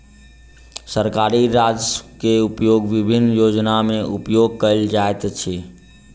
सरकारी राजस्व के उपयोग विभिन्न योजना में उपयोग कयल जाइत अछि